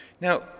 Now